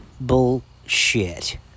Bullshit